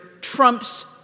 trumps